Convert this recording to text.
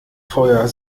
feuer